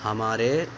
ہمارے